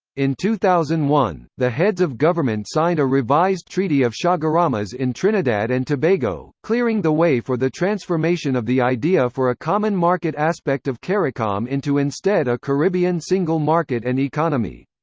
in two thousand and one, the heads of government signed a revised treaty of chaguaramas in trinidad and tobago, clearing the way for the transformation of the idea for a common market aspect of caricom into instead a caribbean single market and economy.